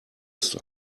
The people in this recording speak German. ist